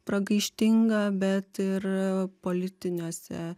pragaištingą bet ir politiniuose